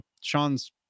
Sean's